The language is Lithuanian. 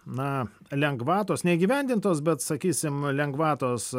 na lengvatos neįgyvendintos bet sakysim lengvatos